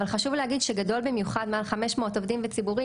אבל חשוב להגיד שגדול במיוחד מעל 500 עובדים וציבורי,